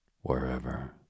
wherever